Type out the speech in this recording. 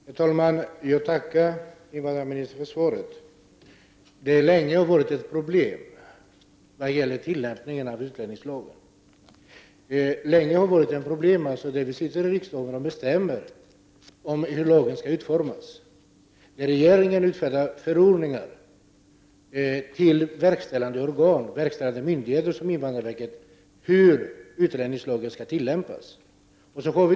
Herr talman! Jag tackar invandrarministern för svaret. Tillämpningen av utlänningslagen har länge varit ett problem. Riksdagen fattar beslut om hur lagen skall utformas, och regeringen utfärdar förordningar till verkställande organ och myndigheter, t.ex. till invandrarverket, om hur utlänningslagen skall tillämpas.